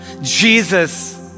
Jesus